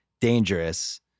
dangerous